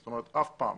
זאת אומרת, אף פעם.